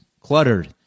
cluttered